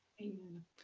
Amen